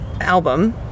album